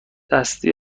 دستی